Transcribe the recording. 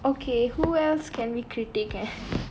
okay who else can we critic ah